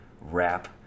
wrap